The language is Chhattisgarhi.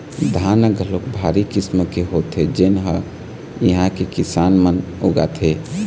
धान ह घलोक भारी किसम के होथे जेन ल इहां के किसान मन उगाथे